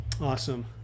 awesome